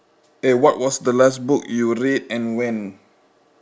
eh what was the last book you read and when